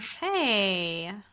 Hey